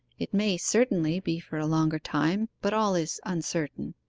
it may, certainly, be for a longer time, but all is uncertain